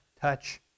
touch